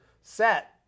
set